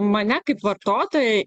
mane kaip vartotoją